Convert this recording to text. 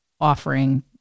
offering